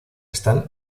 están